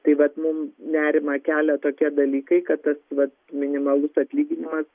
tai vat mum nerimą kelia tokie dalykai kad tas vat minimalus atlyginimas